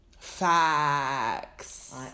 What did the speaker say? facts